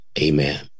amen